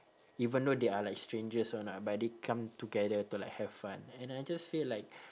even though they are like strangers or not but they come together to like have fun and I just feel like